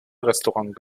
restaurant